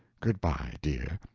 good-by, dear.